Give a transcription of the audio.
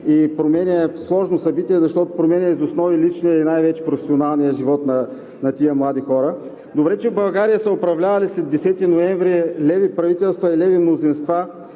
е сложно събитие, защото променя из основи личния и най-вече професионалния живот на тези млади хора. Добре, че в България са управлявали след 10 ноември леви правителства и леви мнозинства,